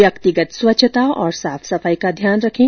व्यक्तिगत स्वच्छता और साफ सफाई का ध्यान रखें